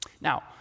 Now